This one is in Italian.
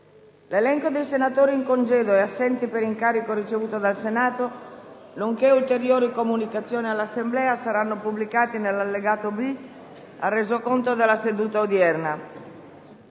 L'elenco dei senatori in congedo e assenti per incarico ricevuto dal Senato, nonché ulteriori comunicazioni all'Assemblea saranno pubblicati nell'allegato B al Resoconto della seduta odierna.